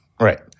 right